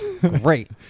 Great